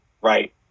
right